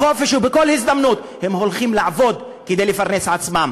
בחופש ובכל הזדמנות הם הולכים לעבוד כדי לפרנס עצמם.